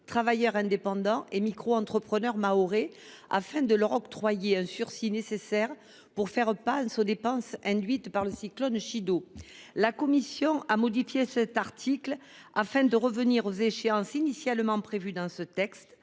travailleurs indépendants et microentrepreneurs mahorais, afin de leur octroyer un sursis nécessaire pour faire face aux dépenses induites par le cyclone Chido. La commission a modifié cet article afin de revenir aux échéances initialement prévues dans ce texte